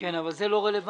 כן, אבל זה לא רלוונטי.